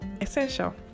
essential